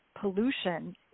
pollution